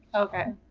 okay.